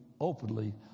openly